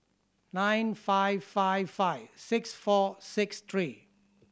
nine five five five six four six three